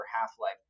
half-life